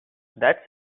that’s